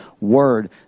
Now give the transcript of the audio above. word